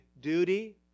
duty